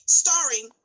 starring